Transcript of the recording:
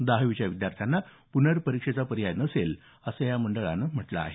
दहावीच्या विद्यार्थ्यांना प्नर्परीक्षेचा पर्याय नसेल असं मंडळानं स्पष्ट केलं आहे